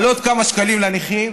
על עוד כמה שקלים לנכים,